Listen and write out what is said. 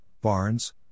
Barnes